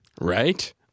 Right